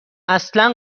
اصلا